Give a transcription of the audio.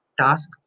task